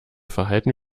verhalten